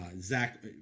Zach